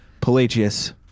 Pelagius